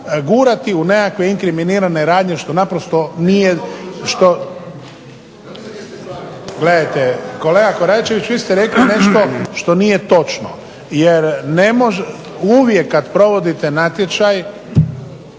gurati u nekakve inkriminirane radnje što naprosto nije, što. …/Upadica se ne razumije./… Gledajte, kolega Koračević, vi ste rekli nešto što nije točno, jer ne može, uvijek kad provodite natječaj.